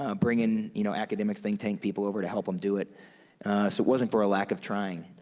ah bringing you know academics, think tank people over to help them do it, so it wasn't for a lack of trying,